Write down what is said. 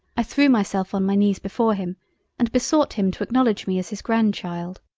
i threw myself on my knees before him and besought him to acknowledge me as his grand child.